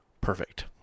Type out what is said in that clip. Perfect